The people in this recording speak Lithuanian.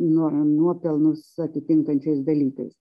norą nuopelnus atitinkančiais dalykais